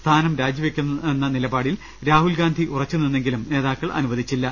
സ്ഥാനം രാജി വെക്കു മെന്ന നിലപാടിൽ രാഹുൽ ഗാന്ധി ഉറച്ചുനിന്നെങ്കിലും നേതാ ക്കൾ അനുവദിച്ചില്ല